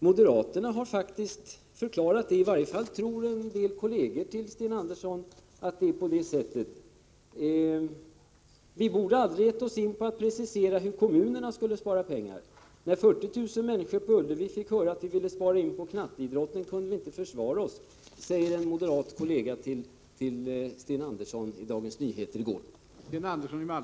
Moderaterna har faktiskt förklarat — i varje fall tror en del kolleger till Sten Andersson att det är på det sättet — att de aldrig borde ha gett sig in på att precisera hur kommunerna skulle spara pengar. — När 40 000 människor på Ullevi fick höra att vi ville spara in på knatteidrotten kunde vi inte försvara oss, sade en moderat kollega till Sten Andersson i Dagens Nyheter i går.